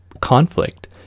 conflict